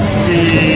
see